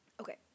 okay